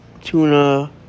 Tuna